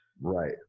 right